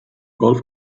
golf